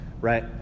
right